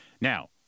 Now